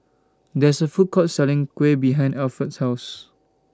There IS A Food Court Selling Kuih behind Alford's House